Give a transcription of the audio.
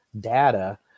data